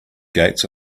gates